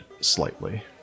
slightly